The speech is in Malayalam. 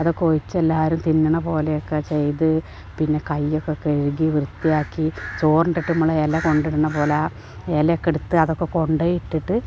അതൊക്കെ ഒഴിച്ചെല്ലാവരും തിന്നണ പോലെ ഒക്കെ ചെയ്തു പിന്നെ കയ്യൊക്കെ കഴുകി വൃത്തിയാക്കി ചോറുണ്ടിട്ട് ഇമ്മളില കൊണ്ടിടണ പോലെ ഇലയൊക്കെടുത്ത് അതൊക്കെ കൊണ്ടു പോയി ഇട്ടിട്ട്